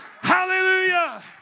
Hallelujah